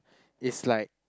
it's like